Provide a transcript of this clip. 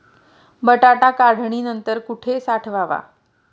बटाटा काढणी नंतर कुठे साठवावा?